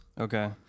Okay